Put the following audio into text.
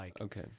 Okay